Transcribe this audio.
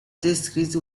districts